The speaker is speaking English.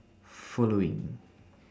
following